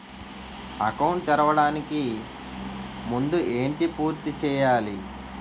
Account తెరవడానికి ముందు ఏంటి పూర్తి చేయాలి?